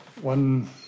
one